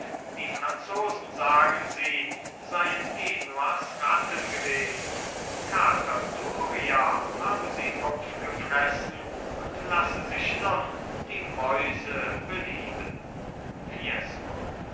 die franzosen sagen sie seien genuas ratten gewesen kater doria habe sie aufgefressen und lasse sich nun die mäuse belieben fiesco